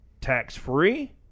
tax-free